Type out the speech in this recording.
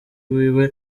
wiwe